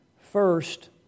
First